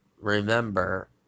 remember